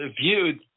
viewed